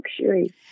luxury